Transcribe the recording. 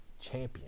champion